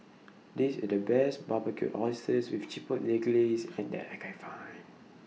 This IS The Best Barbecued Oysters with Chipotle Glaze and that I Can Find